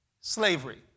Slavery